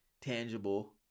tangible